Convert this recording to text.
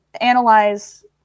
analyze